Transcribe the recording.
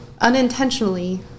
unintentionally